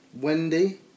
Wendy